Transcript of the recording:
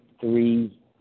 three